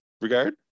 regard